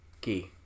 key